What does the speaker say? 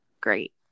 great